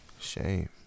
Shame